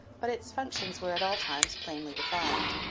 but its functions were at all times plainly defined.